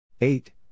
Eight